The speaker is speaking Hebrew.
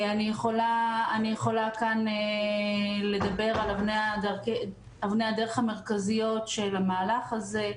אני יכולה כאן לדבר על אבני הדרך המרכזיות של המהלך הזה.